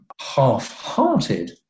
half-hearted